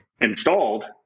installed